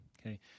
okay